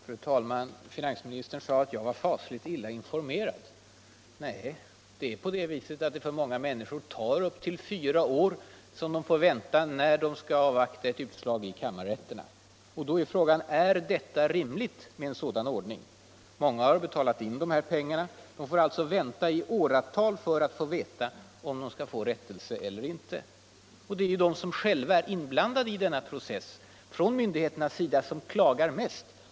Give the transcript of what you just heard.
Fru talman! Finansministern sade att jag var fasligt illa informerad. Nej, det är på det viset att många människor måste vänta upp till fyra år, när de skall avvakta ett utslag i kammarrätterna. Då frågar jag: Är det rimligt med en sådan ordning? Många har betalat in de här pengarna, och de får alltså vänta i åratal för att få veta om de skall få rättelse eller ej. Det är ju de inom myndigheterna som själva är inblandade i denna process som klagar mest.